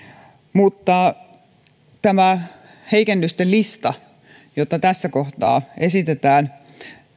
mutta tästä heikennysten listasta jota tässä kohtaa esitetään